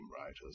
writers